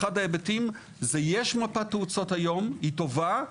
אחד ההיבטים זה שיש מפת תאוצות היום, היא טובה.